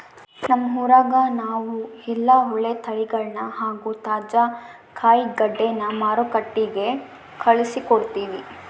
ನಮ್ಮ ಊರಗ ನಾವು ಎಲ್ಲ ಒಳ್ಳೆ ತಳಿಗಳನ್ನ ಹಾಗೂ ತಾಜಾ ಕಾಯಿಗಡ್ಡೆನ ಮಾರುಕಟ್ಟಿಗೆ ಕಳುಹಿಸಿಕೊಡ್ತಿವಿ